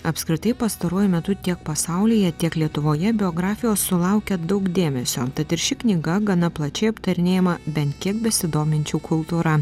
apskritai pastaruoju metu tiek pasaulyje tiek lietuvoje biografijos sulaukia daug dėmesio tad ir ši knyga gana plačiai aptarinėjama bent kiek besidominčių kultūra